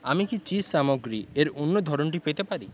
আমি কি চিজ সামগ্রী এর অন্য ধরনটি পেতে পারি